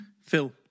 Phil